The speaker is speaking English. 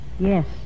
Yes